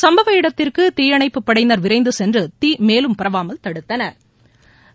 சும்பவ இடத்திற்கு தீயணைப்புப் படையினா் விரைந்து சென்று தீ மேலும் பரவாமல் தடுத்தனா்